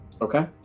Okay